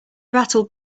rattled